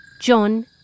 John